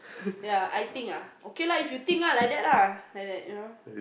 yeah I think ah okay lah if you think lah like that lah like that you know